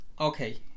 Okay